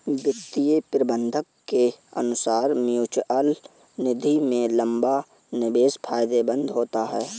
वित्तीय प्रबंधक के अनुसार म्यूचअल निधि में लंबा निवेश फायदेमंद होता है